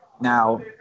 Now